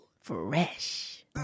Fresh